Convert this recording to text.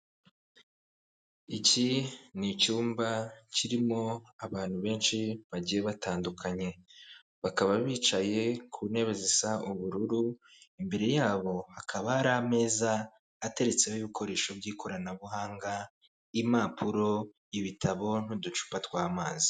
Iki ni icyumba kirimo abantu benshi bagiye batandukanye, bakaba bicaye ku ntebe zisa ubururu, imbere yabo hakaba hari ameza ateretseho ibikoresho by'ikoranabuhanga, impapuro, ibitabo n'uducupa tw'amazi.